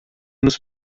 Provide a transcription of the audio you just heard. nos